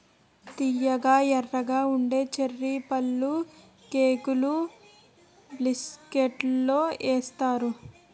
తియ్యగా ఎర్రగా ఉండే చర్రీ పళ్ళుకేకులు బిస్కట్లలో ఏత్తారు